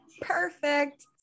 Perfect